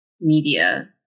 media